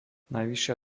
najvyššia